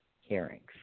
hearings